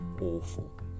awful